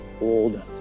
old